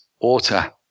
water